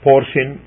portion